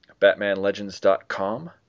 BatmanLegends.com